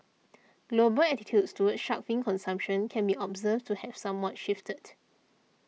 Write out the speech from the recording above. global attitudes towards shark fin consumption can be observed to have somewhat shifted